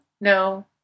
no